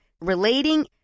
relating